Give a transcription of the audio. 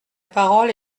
parole